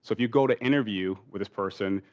so if you go to interview with this person,